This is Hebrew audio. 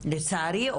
לצערי,